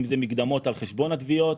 אם זה מקדמות על חשבון התביעות,